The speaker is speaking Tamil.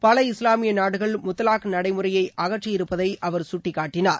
பல இஸ்லாமிய நாடுகள் முத்தலாக் நடைமுறையை அகற்றி இருப்பதை அவர் சுட்டிக்காட்டினார்